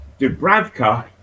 Dubravka